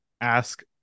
ask